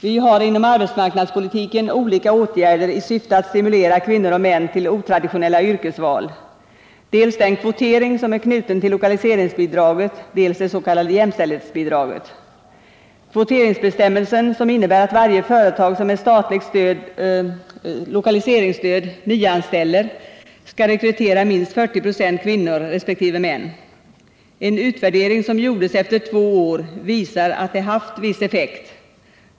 Vi har inom arbetsmarknadspolitiken olika åtgärder i syfte att stimulera kvinnor och män till otraditionella yrkesval — dels den kvotering som är knuten till lokaliseringsbidraget, dels det s.k. jämställdhetsbidraget. Kvoteringsbestämmelsen innebär att varje företag som nyanställer med statligt lokaliseringsstöd skall rekrytera minst 40 96 kvinnor resp. män. En utvärdering som gjordes efter två år visar, att det haft viss effekt.